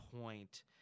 point